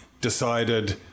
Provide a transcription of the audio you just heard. decided